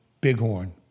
Bighorn